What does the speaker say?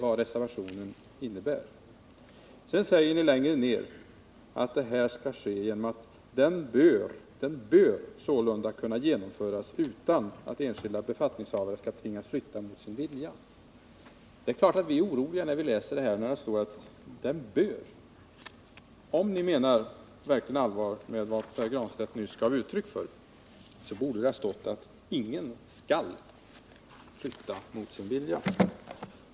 Litet längre ned sägs att detta skall ske och att det ”bör” — bör — ”sålunda kunna genomföras utan att enskilda befattningshavare skall tvingas flytta mot sin vilja”. Det är klart att vi blir oroliga när vi läser om hur detta bör bör genomföras. Om ni verkligen menar allvar med vad Pär Granstedt nyss gav uttryck för, borde det ha stått att ingen ”skall” flytta mot sin egen vilja.